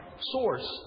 source